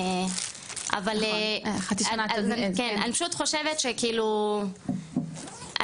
אבל כן אני פשוט חושבת שכאילו אנחנו